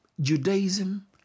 judaism